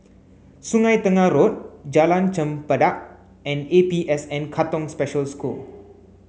Sungei Tengah Road Jalan Chempedak and APSN Katong Special School